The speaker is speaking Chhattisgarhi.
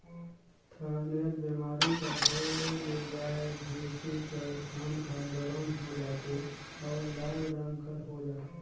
थनैल बेमारी कर होए ले गाय, भइसी कर थन ह गरम हो जाथे अउ लाल रंग कर हो जाथे